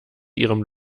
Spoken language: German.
ihrem